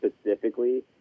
specifically